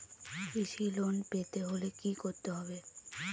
কৃষি লোন পেতে হলে কি করতে হবে?